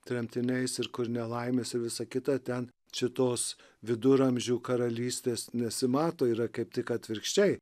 tremtiniais ir kur nelaimėse visa kita ten čitos viduramžių karalystės nesimato yra kaip tik atvirkščiai